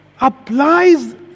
applies